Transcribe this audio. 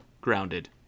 grounded